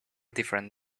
different